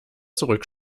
zurück